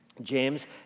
James